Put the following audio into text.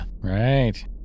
Right